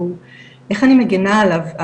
ואיך אני מגנה עליו?